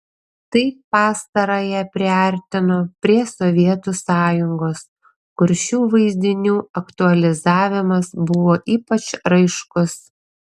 tai pastarąją priartino prie sovietų sąjungos kur šių vaizdinių aktualizavimas buvo ypač raiškus